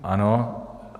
Ano.